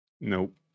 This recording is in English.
Nope